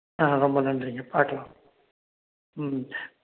ஆ ரொம்ப நன்றிங்க பார்க்கலாம் ம்